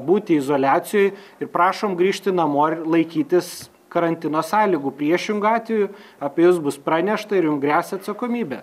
būti izoliacijoj ir prašom grįžti namo ir laikytis karantino sąlygų priešingu atveju apie jus bus pranešta ir jum gresia atsakomybė